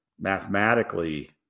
mathematically